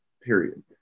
period